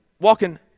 Walking